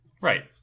Right